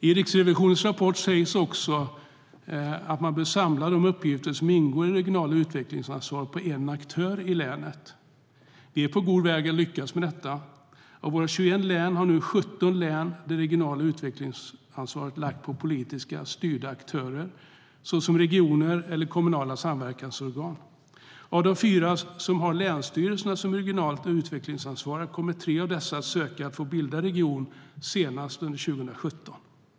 I Riksrevisionens rapport sägs också att man bör samla de uppgifter som ingår i det regionala utvecklingsansvaret hos en aktör i länet. Vi är på god väg att lyckas med detta. Av våra 21 län har nu 17 län det regionala utvecklingsansvaret lagt på politiskt styrda aktörer såsom regioner och kommunala samverkansorgan. Av de fyra som har länsstyrelser som regionalt utvecklingsansvariga kommer tre att ansöka om att få bilda region senast under 2017.